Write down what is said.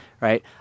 Right